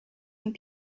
and